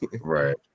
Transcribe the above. Right